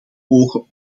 ogen